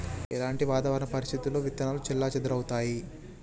ఎలాంటి వాతావరణ పరిస్థితుల్లో విత్తనాలు చెల్లాచెదరవుతయీ?